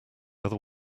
other